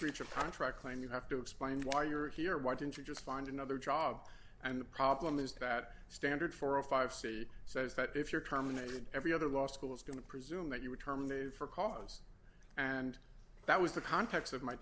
of contract claim you have to explain why you're here why didn't you just find another job and the problem is that standard four of five c says that if you're terminated every other law school is going to presume that you were terminated for cause and that was the context of my